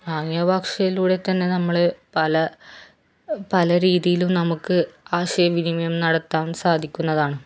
ആംഗ്യ ഭാക്ഷയിലൂടെ തന്നെ നമ്മള് പല പല രീതിയിലും നമുക്ക് ആശയ വിനിമയം നടത്താൻ സാധിക്കുന്നതാണ്